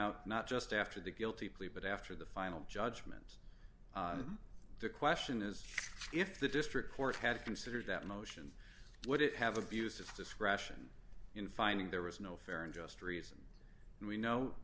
out not just after the guilty plea but after the final judgment the question is if the district court had considered that motion would it have abused its discretion in finding there was no fair and just reason and we know